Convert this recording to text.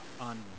on